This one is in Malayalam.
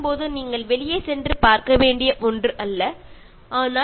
അതായത് നിങ്ങൾ ഒരു വിനോദ യാത്ര പോകുമ്പോൾ കാണേണ്ട ഒരു സ്ഥലമല്ല ഇത്